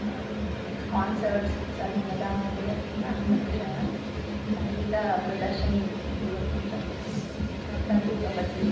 concerts सर्वं वदामः किल किल आङ्ग्लभाषायां सङ्गीतप्रदर्शनीम् इति वक्तुं शक्नुमः तदपि भवति